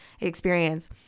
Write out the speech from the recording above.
experience